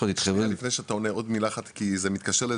לפני שאתה עונה, עוד מילה אחת כי זה מתקשר.